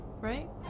right